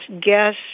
guess